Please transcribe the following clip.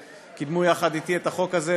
שקידמו יחד אתי את החוק הזה,